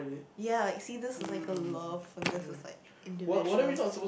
ya like see this is like a love and this is like individual